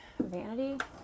vanity